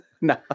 no